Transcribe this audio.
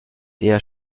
eher